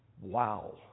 Wow